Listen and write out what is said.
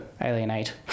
Alienate